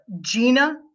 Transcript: Gina